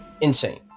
insane